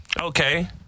Okay